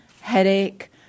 headache